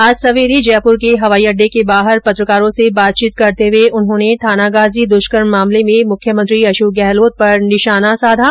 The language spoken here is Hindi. आज सवेरे जयपुर के हवाई अड़डे के बाहर पत्रकारों से बातचीत करते हुए उन्होंने थानागाजी दुष्कर्म मामले में मुख्यमंत्री अशोक गहलोत पर निशाना साधा